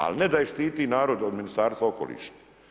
Ali ne da je štiti narod od Ministarstva okoliša.